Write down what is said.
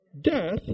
Death